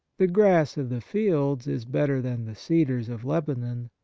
the grass of the fields is better than the cedars of lebanon.